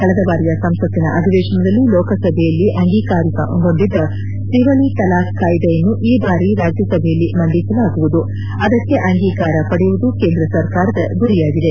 ಕಳೆದ ಬಾರಿಯ ಸಂಸತ್ತಿನ ಅಧಿವೇಶನದಲ್ಲಿ ಲೋಕಸಭೆಯಲ್ಲಿ ಅಂಗೀಕಾರಗೊಂಡಿದ್ದ ತ್ರಿವಳಿ ತಲಾಖ್ ಕಾಯಿದೆಯನ್ನು ಈ ಬಾರಿ ರಾಜ್ಲಸಭೆಯಲ್ಲಿ ಮಂಡಿಸಲಾಗುವುದು ಅದಕ್ಕೆ ಅಂಗೀಕಾರ ಪಡೆಯುವುದು ಕೇಂದ್ರ ಸರಕಾರದ ಗುರಿಯಾಗಿದೆ